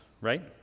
right